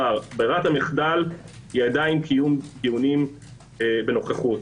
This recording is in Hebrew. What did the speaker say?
ברירת המחדל היא עדיין קיום דיונים בנוכחות.